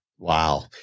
Wow